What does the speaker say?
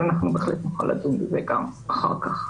אבל אנחנו בהחלט נוכל לדון בזה גם אחר כך.